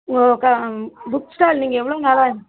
ஓ கா book stall நீங்கள் எவ்வளவு நாளாக